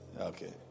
Okay